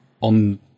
on